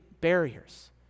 barriers